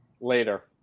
Later